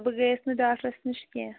بہٕ گٔیس نہٕ ڈاکٹرس نِش کیٚنٛہہ